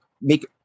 make